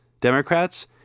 Democrats